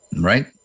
right